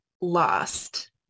lost